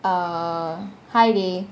uh hi டி :di